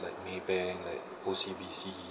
like maybank like O_C_B_C